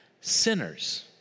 sinners